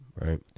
right